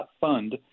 fund